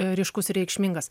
ryškus ir reikšmingas